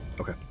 Okay